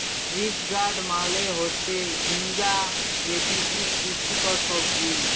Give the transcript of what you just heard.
ridge gourd মালে হচ্যে ঝিঙ্গা যেটি ইক পুষ্টিকর সবজি